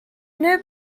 new